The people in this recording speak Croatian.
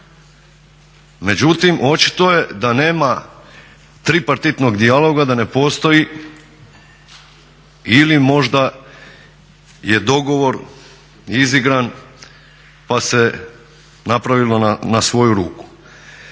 Međutim, očito je da nema tripartitnog dijaloga, da ne postoji ili možda je dogovor izigran pa se napravilo na svoju ruku.